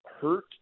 hurt